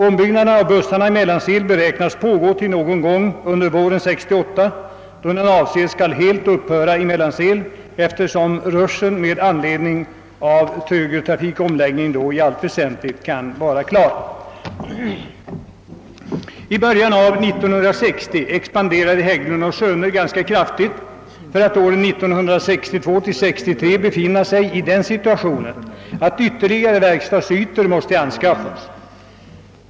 Ombyggnaden av bussar i Mellansel beräknas pågå in på våren 1968, då den avses skola helt upphöra på denna ort, eftersom rushen i anledning av högertrafikomläggningen då i allt väsentligt skall vara över. I början av år 1960 expanderade Hägglund & Söner ganska kraftigt för att under åren 1962—1963 befinna sig i den situationen, att ytterligare verkstadsytor måste anskaffas.